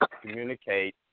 communicate